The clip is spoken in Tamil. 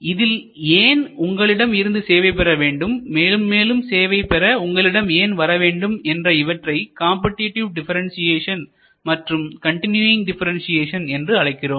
இதில் ஏன் உங்களிடம் இருந்து சேவை பெற வேண்டும் மேலும் மேலும் சேவை பெற உங்களிடம் ஏன் வரவேண்டும் என்ற இவற்றை காம்படிடிவ் டிபரண்சியேஷன் மற்றும் கண்டினுயிங் டிபரண்சியேஷன் என்று அழைக்கிறோம்